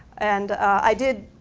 and i did,